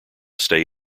stay